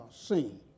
seen